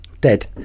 dead